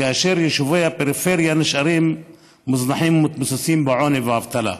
כאשר יישובי הפריפריה נשארים מוזנחים ומתבוססים בעוני ובאבטלה.